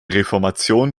reformation